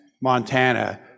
Montana